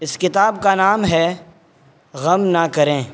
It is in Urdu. اس کتاب کا نام ہے غم نہ کریں